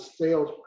sales